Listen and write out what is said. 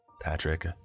Patrick